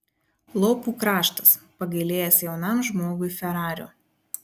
lopų kraštas pagailėjęs jaunam žmogui ferario